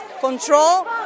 control